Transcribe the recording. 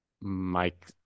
Mike